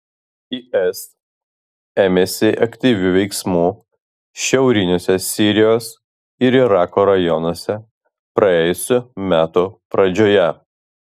is ėmėsi aktyvių veiksmų šiauriniuose sirijos ir irako rajonuose praėjusių metų pradžioje